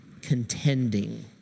contending